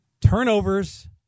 Turnovers